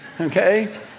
Okay